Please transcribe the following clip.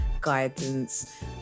guidance